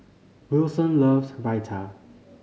Wilson loves Raita